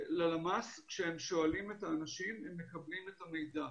כשהם שואלים את האנשים הם מקבלים את המידע,